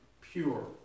pure